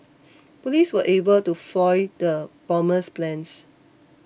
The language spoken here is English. police were able to foil the bomber's plans